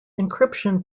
encryption